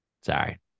Sorry